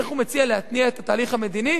איך הוא מציע להתניע את התהליך המדיני?